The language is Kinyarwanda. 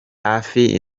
hafi